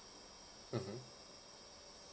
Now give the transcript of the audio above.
mmhmm